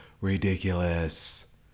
ridiculous